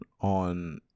on